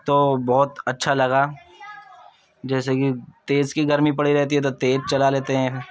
تو بہت اچھا لگا جیسے کہ تیز کی گرمی پڑی رہتی ہے تو تیز چلا لیتے ہیں